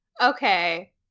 okay